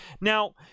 Now